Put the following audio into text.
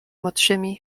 młodszymi